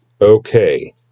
Okay